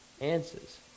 answers